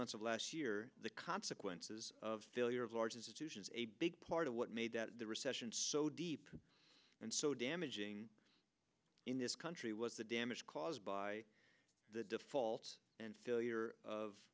months of last year the consequences of failure of large institutions a big part of what made the recession so deep and so damaging in this country was the damage caused by the defaults and failure of